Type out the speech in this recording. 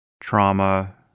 trauma